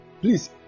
please